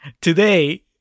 Today